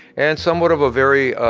and somewhat of a very